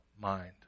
mind